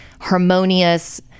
harmonious